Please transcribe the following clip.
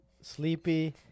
sleepy